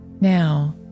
Now